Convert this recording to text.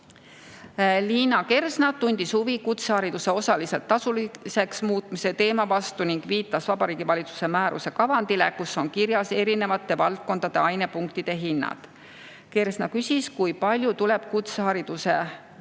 Liina Kersna tundis huvi kutsehariduse osaliselt tasuliseks muutmise teema vastu ning viitas Vabariigi Valitsuse määruse kavandile, kus on kirjas erinevate valdkondade ainepunktide hinnad. Kersna küsis, kui palju tuleb kutsehariduse